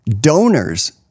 donors